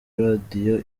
radio